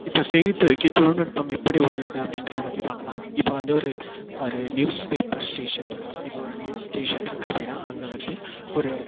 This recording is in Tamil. இப்போ செய்தித்துறைக்கு தொழில்நுட்பம் எப்படி உதவுது அப்படின்றத பற்றி பார்க்கலாம் இப்போ வந்து ஒரு ஒரு நியூஸ்பேப்பர் ஸ்டேஷன் இருக்குது இப்போ ஒரு நியூஸ் ஸ்டேஷன் இருக்குது அப்படின்னா அங்கே வந்து ஒரு